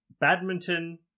badminton